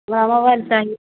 हमरा मोबाइल चाही